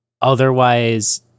otherwise